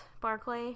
Barclay